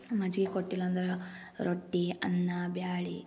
ಮಜ್ಗೆ ಕೊಟ್ಟಿಲ್ಲ ಅಂದ್ರೆ ರೊಟ್ಟಿ ಅನ್ನ ಬ್ಯಾಳೆ